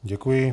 Děkuji.